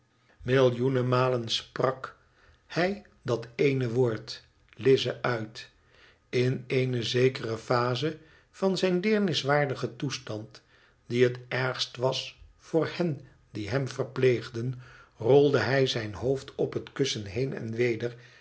millioenen malen sprak hij dat eene woord t lize uit in eene zekere phase van zijn deerniswaardigen toestand die het ergst was voor hen die hem ver pleegden rolde hij zijn hoofd op het kussen heen en weder